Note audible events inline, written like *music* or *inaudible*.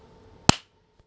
*noise*